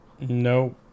No